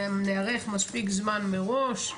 ניערך מספיק זמן מראש,